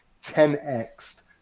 10x